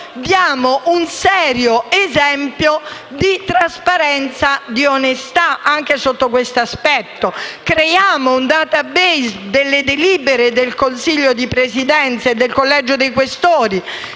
diamo un serio esempio di trasparenza e di onestà, anche sotto questo aspetto. Creiamo un *database* delle delibere del Consiglio di Presidenza e del Collegio dei Questori,